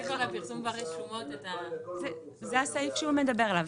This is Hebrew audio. מעבר לפרסום ברשומות את --- זה הסעיף שהוא מדבר עליו.